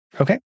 Okay